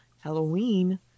Halloween